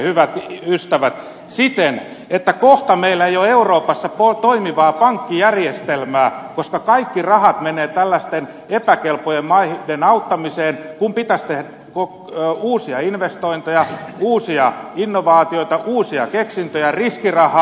hyvät ystävät siten että kohta meillä ei ole euroopassa toimivaa pankkijärjestelmää koska kaikki rahat menevät tällaisten epäkelpojen maiden auttamiseen kun pitäisi tehdä uusia investointeja uusia innovaatioita uusia keksintöjä antaa riskirahaa